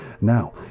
Now